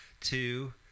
two